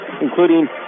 including